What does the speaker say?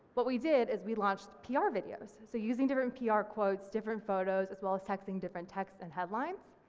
what we did is we launched pr ah videos. so using different pr ah quotes, different photos as well as testing different text and headlines,